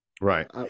Right